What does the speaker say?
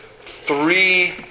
three